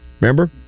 Remember